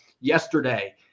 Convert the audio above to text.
yesterday